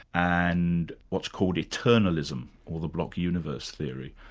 and what's called eternalism, or the block universe theory.